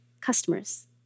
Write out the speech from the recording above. customers